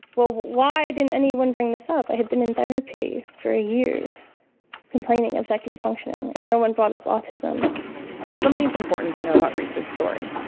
well why didn't anyone bring this up? i had been in therapy for a year complaining of executive functioning. but no one brought up autism something important to know about reese's story.